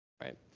right